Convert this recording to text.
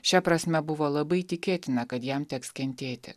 šia prasme buvo labai tikėtina kad jam teks kentėti